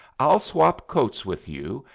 i'll swap coats with you,